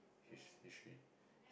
his~ history